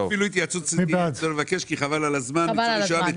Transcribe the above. אפילו התייעצות סיעתית לא צריך לבקש כי חבל על הזמן.